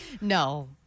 No